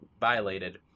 violated